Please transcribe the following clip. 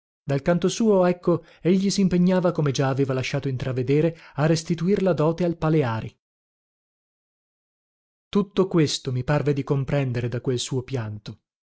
dal canto suo ecco egli simpegnava come già aveva lasciato intravedere a restituir la dote al paleari tutto questo mi parve di comprendere da quel suo pianto